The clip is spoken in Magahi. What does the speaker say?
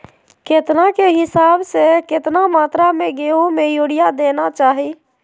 केतना के हिसाब से, कितना मात्रा में गेहूं में यूरिया देना चाही?